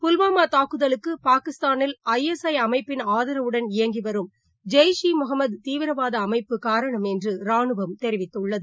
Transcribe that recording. புல்வாமாதாக்குதலுக்குபாகிஸ்தானில் I S I அமைப்பின் ஆதரவுடன் இயங்கிவரும் ஜெய்ஷ் ஈமுகமதுதீவிரவாதஅமைப்பு காரணம் என்றுராணுவம் தெரிவித்துள்ளது